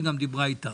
היא גם דיברה איתך,